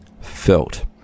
felt